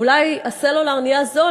אולי הסלולר נהיה זול,